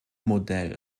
modell